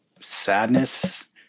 Sadness